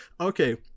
okay